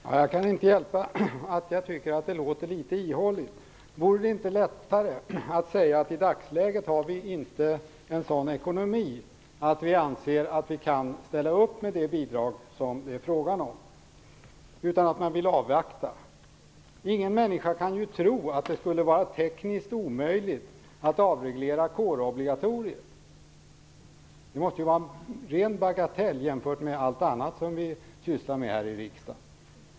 Fru talman! Jag kan inte hjälpa att jag tycker att det hela låter litet ihåligt. Vore det inte lättare att säga att i dagsläget har vi inte en sådan ekonomi att vi anser att vi kan ställa upp med det bidrag det är fråga om utan att vi i stället vill avvakta? Ingen människa kan ju tro att det skulle vara tekniskt omöjligt att avreglera kårobligatoriet. Det måste vara en ren bagatell jämfört med allt annat vi sysslar med här i riksdagen.